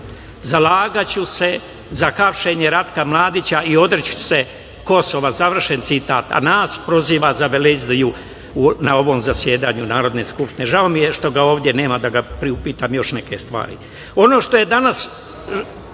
„Zalagaću se za hapšenje Ratka Mladića o odreći ću se Kosova“, završen citat. A nas proziva za veleizdaju na ovom zasedanju Narodne skupštine. Žao mi je što ga ovde nema, da ga priupitam još neke stvari. Ono što ja danas